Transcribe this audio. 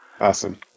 Awesome